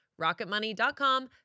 rocketmoney.com